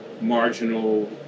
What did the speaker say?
marginal